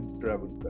travel